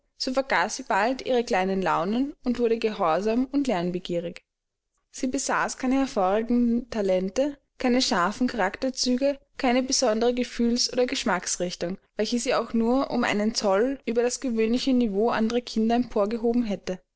vergaß sie bald ihre kleinen launen und wurde gehorsam und lernbegierig sie besaß keine hervorragenden talente keine scharfen charakterzüge keine besondere gefühls oder geschmacksrichtung welche sie auch nur um einen zoll über das gewöhnliche niveau anderer kinder empor gehoben hätte